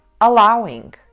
allowing